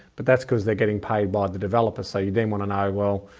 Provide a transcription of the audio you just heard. but that's because they're getting paid by the developer. so you then want to know, well,